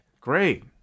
Great